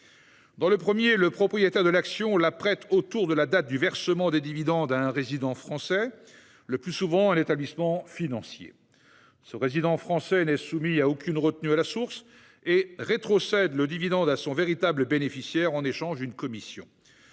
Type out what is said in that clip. Dans le premier, le propriétaire de l'action la prête autour de la date du versement des dividendes à un résident français, le plus souvent un établissement financier. Ce résident français n'est soumis à aucune retenue à la source et rétrocède le dividende à son véritable bénéficiaire, en échange d'une commission.